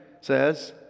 says